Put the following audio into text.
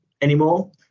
anymore